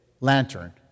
lantern